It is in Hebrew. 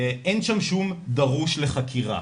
"אין שם שום דרוש לחקירה